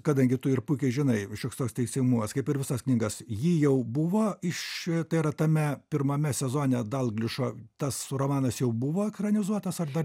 kadangi tu ir puikiai žinai šioks toks teisingumas kaip ir visas knygas jį jau buvo iš tai yra tame pirmame sezone dalglišo tas romanas jau buvo ekranizuotas ar dar